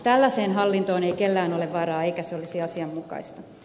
tällaiseen hallintoon ei kellään ole varaa eikä se olisi asianmukaista